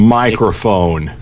microphone